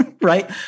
Right